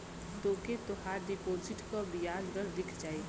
तोके तोहार डिपोसिट क बियाज दर दिख जाई